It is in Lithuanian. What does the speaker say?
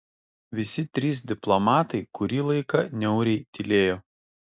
visi trys diplomatai kurį laiką niauriai tylėjo